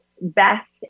best